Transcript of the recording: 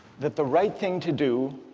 that the right thing to do,